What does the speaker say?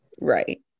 Right